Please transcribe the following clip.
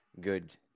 good